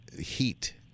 heat